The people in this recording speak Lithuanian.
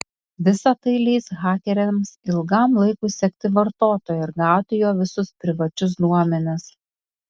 visa tai leis hakeriams ilgam laikui sekti vartotoją ir gauti jo visus privačius duomenis